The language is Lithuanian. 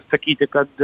sakyti kad